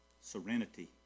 serenity